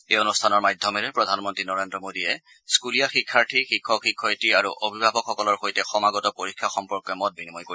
এই অনুষ্ঠানৰ মাধ্যমেৰে প্ৰধানমন্ত্ৰী নৰেন্দ্ৰ মোদীয়ে স্থুলীয়া শিক্ষাৰ্থী শিক্ষক শিক্ষয়িত্ৰী আৰু অভিভাৱকসকলৰ সৈতে সমাগত পৰীক্ষা সম্পৰ্কে মত বিনিময় কৰিব